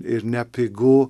ir nepigu